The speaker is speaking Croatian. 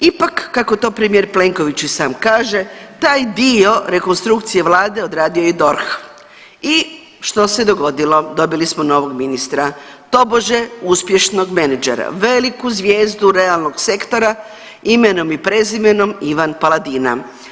Ipak, kako to premijer Plenković i sam kaže taj dio rekonstrukcije vlade odradio je DORH i što se dogodilo, dobili smo novog ministra, tobože uspješnog menadžera, veliku zvijezdu realnog sektora, imenom i prezimenom Ivan Paladina.